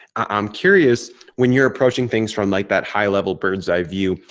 i'm curious when you're approaching things from like that high level bird's eye view,